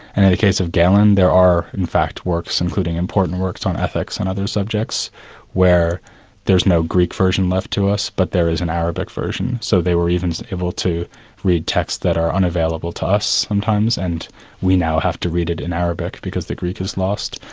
and case of galen, there are in fact works, including important works on ethics and other subjects where there's no greek version left to us, but there is an arabic version, so they were even able to read texts that are unavailable to us sometimes, and we now have to read it in arabic because the greek is lost.